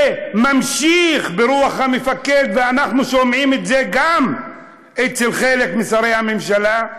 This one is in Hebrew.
שממשיך ברוח המפקד ואנחנו שומעים את זה גם אצל חלק משרי הממשלה,